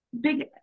big